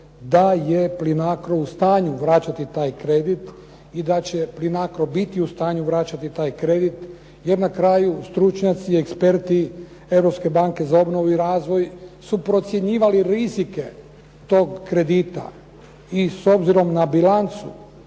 da je Plinacro u stanju vraćati taj kredit i da će Plinacro biti u stanju vraćati taj kredit jer na kraju stručnjaci i eksperti Europske banke za obnovu i razvoj su procjenjivali rizike tog kredita i s obzirom na bilancu,